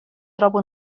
trobo